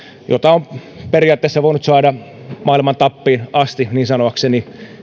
jota on periaatteessa voinut saada maailman tappiin asti niin sanoakseni